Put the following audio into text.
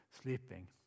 sleeping